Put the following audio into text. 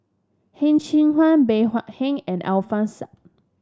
Heng Cheng Hwa Bey Hua Heng and Alfian Sa'at